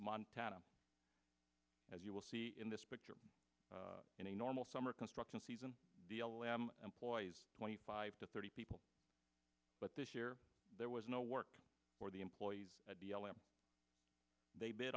montana as you will see in this picture in a normal summer construction season b l m employees twenty five to thirty people but this year there was no work for the employees at b l m they bid